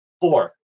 Four